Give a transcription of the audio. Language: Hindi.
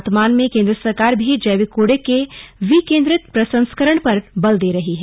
वर्तमान में केंद्र सरकारक भी जैविक कूड़े के विकेंद्रित प्रसंस्करण पर बल दे रही है